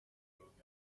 crossing